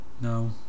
No